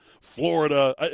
Florida